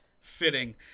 Fitting